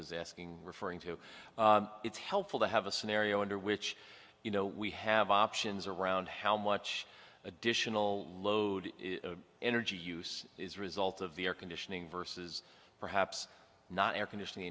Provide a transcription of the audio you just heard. was asking referring to it's helpful to have a scenario under which you know we have options around how much additional load energy use is result of the air conditioning versus perhaps not air conditioning